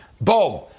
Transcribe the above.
Boom